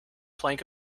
plank